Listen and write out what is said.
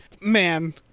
man